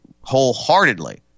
wholeheartedly